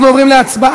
אנחנו עוברים להצבעה